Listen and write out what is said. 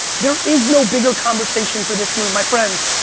there is no bigger conversation for this room. my friends,